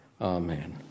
Amen